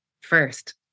first